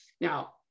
Now